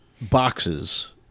boxes